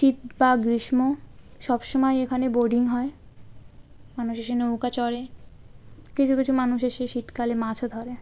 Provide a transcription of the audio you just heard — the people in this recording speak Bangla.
শীত বা গ্রীষ্ম সব সময় এখানে বোডিং হয় মানুষ এসে নৌকা চড়ে কিছু কিছু মানুষ এসে শীতকালে মাছও ধরে